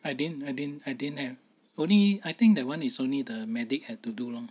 I didn't I didn't I didn't have only I think that one is only the medic had to do lor